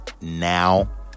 now